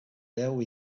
deu